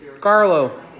Carlo